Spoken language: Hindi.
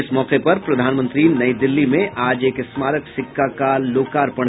इस मौके पर प्रधानमंत्री नई दिल्ली में आज एक स्मारक सिक्का का करेंगे लोकार्पण